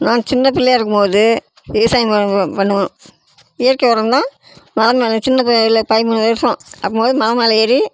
நான் சின்னப் பிள்ளையாக இருக்கும் போது விவசாயம் நாங்கள் பண்ணுவோம் இயற்கை உரம் தான் சின்னப் பிள்ளை பதிமூணு வருஷம் அப்போ மொதல் மலை மேலே ஏறி